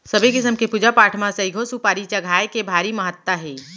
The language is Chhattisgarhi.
सबे किसम के पूजा पाठ म सइघो सुपारी चघाए के भारी महत्ता हे